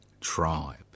tribe